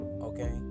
Okay